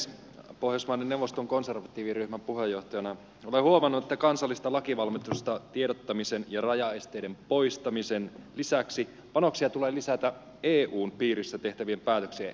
pohjoismaiden neuvoston konservatiiviryhmän puheenjohtajana olen huomannut että kansallisesta lainvalmistelusta tiedottamisen ja rajaesteiden poistamisen lisäksi panoksia tulee lisätä eun piirissä tehtävien päätöksien ennakointiin